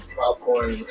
popcorn